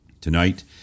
Tonight